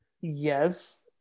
yes